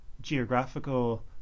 geographical